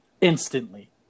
instantly